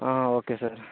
okay sir